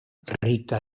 rica